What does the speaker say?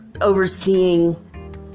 overseeing